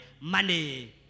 money